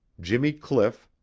jimmy cliff,